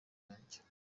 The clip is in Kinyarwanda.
yanjye